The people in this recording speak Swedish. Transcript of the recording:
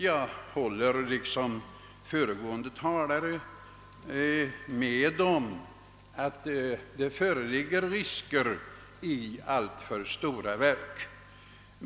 Jag håller med föregående talare om att det föreligger stora risker med ett alltför stort verk.